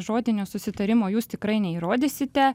žodinio susitarimo jūs tikrai neįrodysite